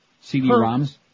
CD-ROMs